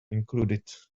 included